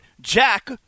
Jack